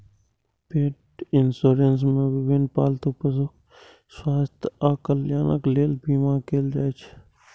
पेट इंश्योरेंस मे विभिन्न पालतू पशुक स्वास्थ्य आ कल्याणक लेल बीमा कैल जाइ छै